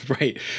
Right